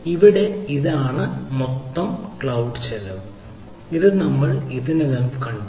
ഇവിടെ ഇതാണ് മൊത്തം ക്ലൌഡ് ചെലവ് ഇത് നമ്മൾ ഇതിനകം കണ്ടു